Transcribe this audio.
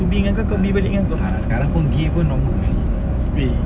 ah ah lah sekarang pun okay pun normally